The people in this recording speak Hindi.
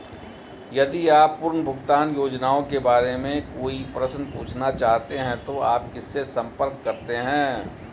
यदि आप पुनर्भुगतान योजनाओं के बारे में कोई प्रश्न पूछना चाहते हैं तो आप किससे संपर्क करते हैं?